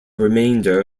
remainder